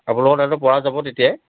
আপোনালোকৰ তাতো পৰা যাব তেতিয়াই